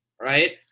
right